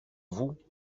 vous